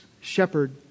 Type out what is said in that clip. shepherd